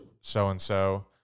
so-and-so